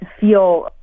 feel